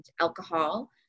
alcohol